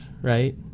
right